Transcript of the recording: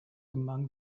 among